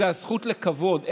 זו הזכות לכבוד.